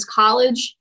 college